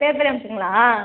பேர்பெரியான்குப்பங்களா